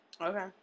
Okay